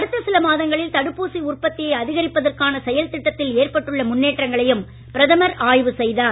அடுத்த சில மாதங்களில் தடுப்பூசி உற்பத்தியை அதிகரிப்பதற்கான செயல் திட்டத்தில் ஏற்பட்டுள்ள முன்னேற்றங்களையும் பிரதமர் ஆய்வு செய்தார்